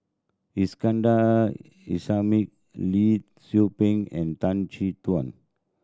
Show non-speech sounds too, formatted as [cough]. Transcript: Iskandar [unintelligible] Lee Tzu Pheng and Tan Chin Tuan